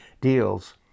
deals